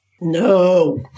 No